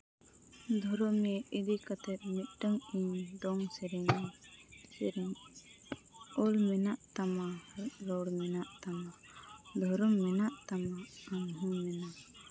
ᱫᱷᱚᱨᱚᱢ ᱱᱤᱭᱮ ᱤᱫᱤ ᱠᱟᱛᱮᱫ ᱢᱤᱫᱴᱟᱱ ᱫᱚᱝ ᱥᱮᱨᱮᱧ ᱫᱚ ᱥᱮᱨᱮᱧᱮᱫᱼᱟ ᱚᱞ ᱢᱮᱱᱟᱜ ᱛᱟᱢᱟ ᱨᱚᱲ ᱢᱮᱱᱟᱜ ᱛᱟᱢᱟ ᱫᱷᱚᱨᱚᱢ ᱢᱮᱱᱟᱜ ᱛᱟᱢᱟ ᱟᱢᱦᱚᱸ ᱢᱮᱱᱟᱜ